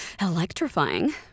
electrifying